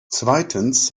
zweitens